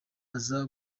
aza